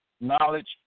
knowledge